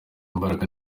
imbaraga